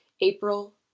April